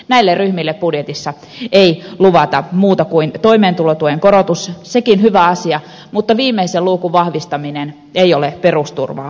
näille ryhmille budjetissa ei luvata muuta kuin toimeentulotuen korotus sekin hyvä asia mutta viimeisen luukun vahvistaminen ei ole perusturvaa parhaimmillaan